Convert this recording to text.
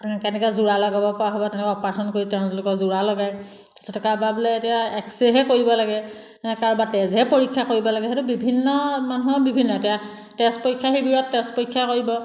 কেনেকৈ যোৰা লগাব পৰা হ'ব তেনেকুৱা অপাৰেশ্যন কৰি তেওঁলোকৰ যোৰা লগায় তাৰপিছতে কাৰোবাৰ বোলে এতিয়া এক্সৰেহে কৰিব লাগে কাৰোবাৰ তেজহে পৰীক্ষা কৰিব লাগে সেইটো বিভিন্ন মানুহৰ বিভিন্ন এতিয়া তেজ পৰীক্ষা শিবিৰত বিভাগত তেজ পৰীক্ষা কৰিব